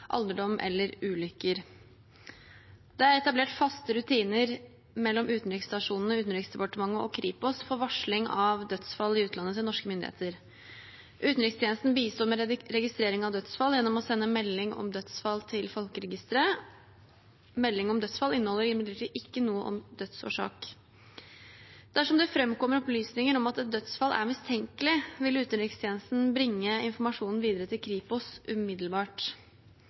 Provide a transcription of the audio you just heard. alderdom eller ulykker. Det er etablert faste rutiner mellom utenriksstasjonene, Utenriksdepartementet og Kripos for varsling av dødsfall i utlandet til norske myndigheter. Utenrikstjenesten bistår med registrering av dødsfall gjennom å sende melding om dødsfall til folkeregisteret. Melding om dødsfall inneholder imidlertid ikke noe om dødsårsak. Dersom det framkommer opplysninger om at et dødsfall er mistenkelig, vil utenrikstjenesten bringe informasjonen videre til Kripos umiddelbart.